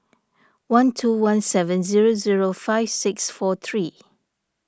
one two one seven zero zero five six four three